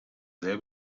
sehr